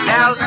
Now